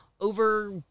over